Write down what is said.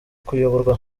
kuyoborwa